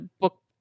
book